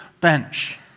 bench